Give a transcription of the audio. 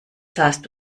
sahst